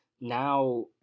now